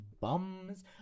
bums